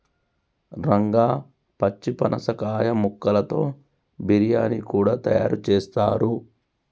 రంగా పచ్చి పనసకాయ ముక్కలతో బిర్యానీ కూడా తయారు చేస్తారు